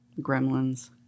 Gremlins